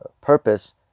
purpose